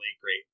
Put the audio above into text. great